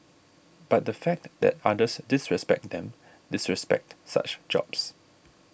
but the fact that others disrespect them disrespect such jobs